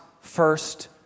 first